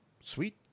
Sweet